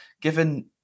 given